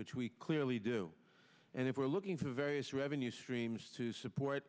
which we clearly do and if we're looking for various revenue streams to support